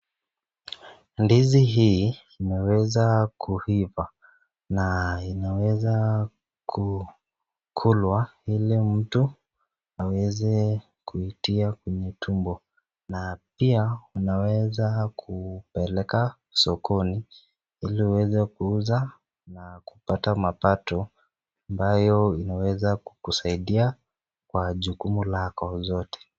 Ndizi hii imeweza kuivaa na imeweza kukulwa ili mtu aweze kuitia kwenye tumbo na pia unaweza kupeleka sokoni ili uweze kuuza na kupata mapato ambayo inaweza kukusaidia kwa jukumu lako zote.